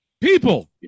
people